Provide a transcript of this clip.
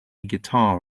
guitar